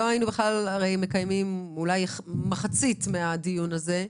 אולי היינו מקיימים מחצית מהדיון הזה.